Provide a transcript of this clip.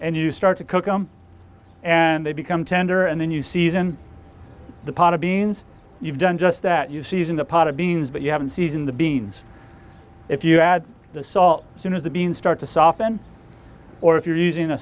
and you start to cook them and they become tender and then you season the pot of beans you've done just that you season the pot of beans but you have in season the beans if you add the salt as soon as the beans start to soften or if you're using a